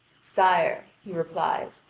sire, he replies,